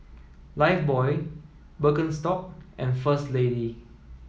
Lifebuoy Birkenstock and First Lady